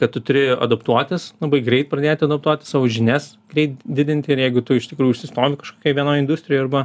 kad tu turi adaptuotis labai greit pradėti adaptuotis savo žinias greit didinti ir jeigu tu iš tikrųjų užsistovi kažkokioj vienoj industrijoj arba